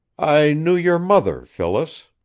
i knew your mother, phyllis,